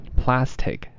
plastic